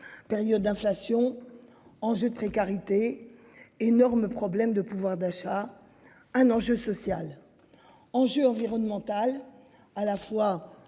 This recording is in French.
Période d'inflation. En jeu de précarité. Énormes problèmes de pouvoir d'achat. Un enjeu social. Enjeu environnemental à la fois